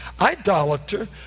idolater